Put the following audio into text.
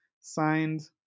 signed